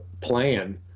plan